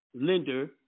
lender